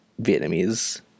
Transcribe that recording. Vietnamese